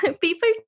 people